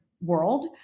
world